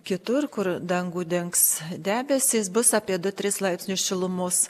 kitur kur dangų dengs debesys bus apie du tris laipsnius šilumos